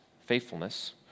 faithfulness